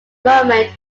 moment